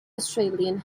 australian